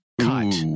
cut